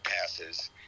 passes